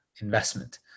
investment